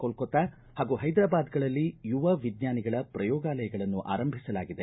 ಕೋಲ್ಕತ್ತಾ ಹಾಗೂ ಹೈದರಾಬಾದ್ಗಳಲ್ಲಿ ಯುವ ವಿಜ್ಞಾನಿಗಳ ಪ್ರಯೋಗಾಲಯಗಳನ್ನು ಆರಂಭಿಸಲಾಗಿದೆ